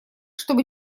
чтобы